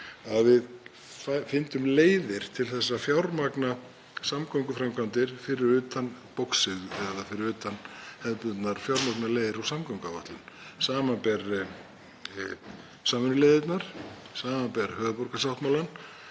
að við fyndum leiðir til að fjármagna samgönguframkvæmdir fyrir utan boxið eða fyrir utan hefðbundnar fjármögnunarleiðir og samgönguáætlun, samanber samvinnuleiðirnar, samanber höfuðborgarsáttmálann,